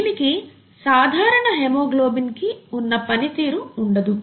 దీనికి సాధారణ హెమోగ్లోబిన్ కి ఉన్న పని తీరు ఉండదు